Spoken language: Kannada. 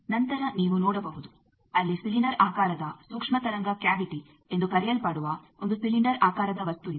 ನಂತರ ನೀವು ನೋಡಬಹುದು ಅಲ್ಲಿ ಸಿಲಿಂಡರ್ ಆಕಾರದ ಸೂಕ್ಷ್ಮ ತರಂಗ ಕ್ಯಾವಿಟಿ ಎಂದು ಕರೆಯಲ್ಪಡುವ ಒಂದು ಸಿಲಿಂಡರ್ ಆಕಾರದ ವಸ್ತು ಇದೆ